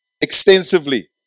extensively